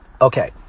Okay